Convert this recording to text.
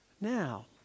now